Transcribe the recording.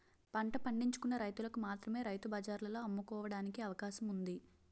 పంట పండించుకున్న రైతులకు మాత్రమే రైతు బజార్లలో అమ్ముకోవడానికి అవకాశం ఉంది